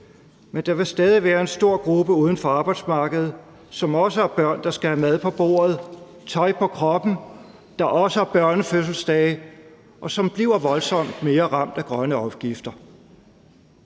men der vil stadig være en stor gruppe uden for arbejdsmarkedet, som også har børn, der skal have mad på bordet og tøj på kroppen, som også har børnefødselsdage, og som bliver voldsomt meget mere ramt af grønne afgifter.